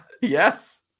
Yes